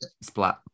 splat